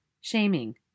shaming